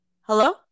Hello